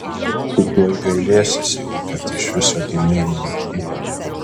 tu tuoj gailėsiesi kad iš viso gimei mulki